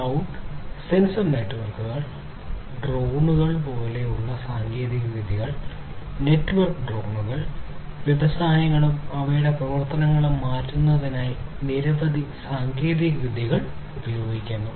cloud sensor നെറ്റ്വർക്കുകൾ ഡ്രോണുകൾ വ്യവസായങ്ങളും അവയുടെ പ്രവർത്തനങ്ങളും മാറ്റുന്നതിനായി മറ്റ് നിരവധി സാങ്കേതികവിദ്യകൾ ഉപയോഗിക്കുന്നു